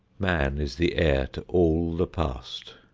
man is the heir to all the past,